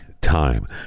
time